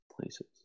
places